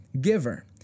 giver